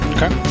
Okay